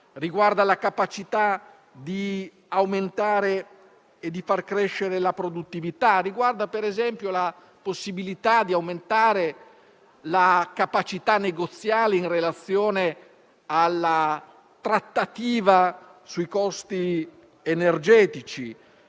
riguarda la capacità di aumentare e di far crescere la produttività, che riguarda, per esempio, la possibilità di aumentare la capacità negoziale in relazione alla trattativa sui costi energetici.